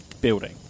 building